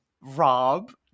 Rob